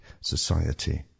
society